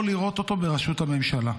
לא לראות אותו בראשות הממשלה.